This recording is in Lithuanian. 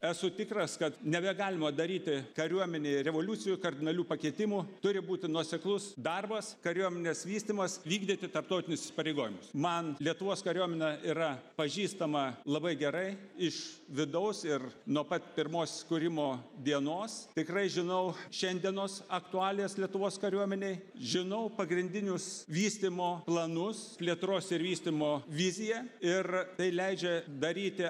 esu tikras kad nebegalima daryti kariuomenėje revoliucijų kardinalių pakeitimų turi būti nuoseklus darbas kariuomenės vystymas vykdyti tarptautinius įsipareigojimus man lietuvos kariuomenė yra pažįstama labai gerai iš vidaus ir nuo pat pirmos kūrimo dienos tikrai žinau šiandienos aktualijas lietuvos kariuomenėj žinau pagrindinius vystymo planus plėtros ir vystymo viziją ir tai leidžia daryti